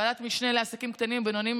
ועדת משנה לעסקים קטנים ובינוניים,